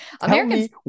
americans